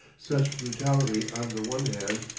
such brutality on the one hand,